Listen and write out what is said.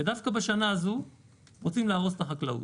ודווקא בשנה הזו רוצים להרוס את החקלאות.